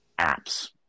apps